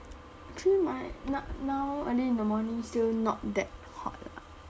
actually my n~ now early in the morning still not that hot lah